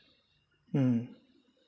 mm